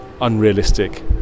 unrealistic